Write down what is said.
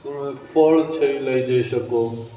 તો ફળ છે એ લઈ જઈ શકો